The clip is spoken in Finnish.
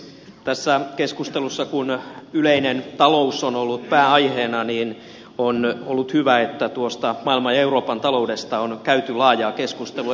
tässä keskustelussa kun yleinen talous on ollut pääaiheena on ollut hyvä että tuosta maailman ja euroopan taloudesta on käyty laajaa keskustelua